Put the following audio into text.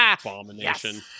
Abomination